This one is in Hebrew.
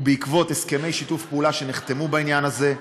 ובעקבות הסכמי שיתוף פעולה שנחתמו בעניין הזה,